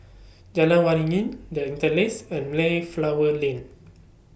Jalan Waringin The Interlace and Mayflower Lane